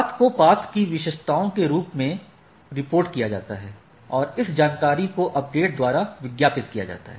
पथ को पथ की विशेषताओं के रूप में रिपोर्ट किया जाता है और इस जानकारी को अपडेट द्वारा विज्ञापित किया जाता है